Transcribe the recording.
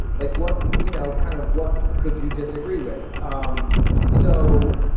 like what? you know, kind of what could you disagree with? um so.